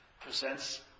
presents